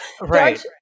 Right